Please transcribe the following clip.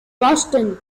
boston